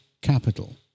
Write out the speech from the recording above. Capital